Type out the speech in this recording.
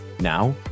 now